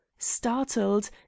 Startled